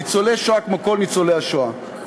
ניצולי שואה כמו כל ניצולי השואה,